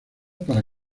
para